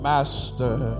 Master